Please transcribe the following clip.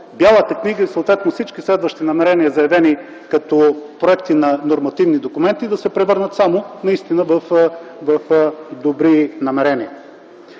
Бялата книга и съответно всички следващи намерения, заявени като проекти на нормативни документи да се превърнат наистина в добри намерения.